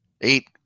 eight